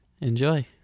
enjoy